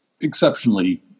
exceptionally